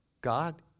God